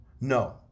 No